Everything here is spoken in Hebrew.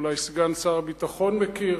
אולי סגן שר הביטחון מכיר.